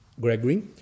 Gregory